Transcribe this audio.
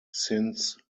since